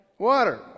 water